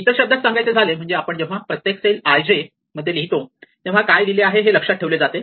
इतर शब्दात सांगायचे झाले म्हणजे जेव्हा आपण प्रत्येक सेल i j मध्ये लिहितो तेव्हा काय लिहिले आहे हे लक्षात ठेवले जाते